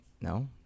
no